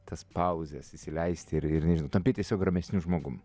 tas pauzes įsileisti ir ir tampi tiesiog ramesniu žmogum